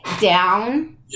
down